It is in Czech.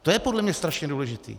To je podle mě strašně důležité.